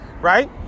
Right